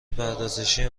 پردازشی